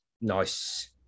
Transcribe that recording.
Nice